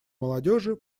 молодежи